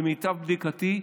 למיטב בדיקתי,